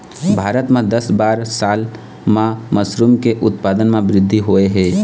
भारत म दस बारा साल म मसरूम के उत्पादन म बृद्धि होय हे